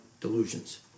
delusions